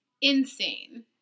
insane